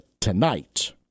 tonight